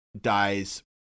dies